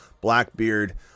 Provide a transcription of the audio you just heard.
blackbeard